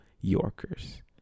Yorkers